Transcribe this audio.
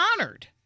honored